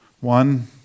One